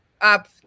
up